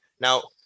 Now